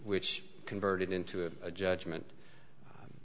which converted into a judgment